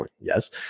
Yes